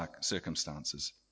circumstances